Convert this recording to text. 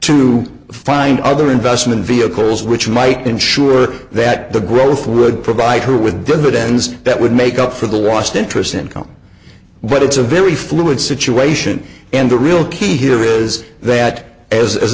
to find other investment vehicles which might ensure that the growth would provide her with good ends that would make up for the lost interest income but it's a very fluid situation and the real key here is that as as